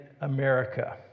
America